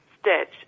stitch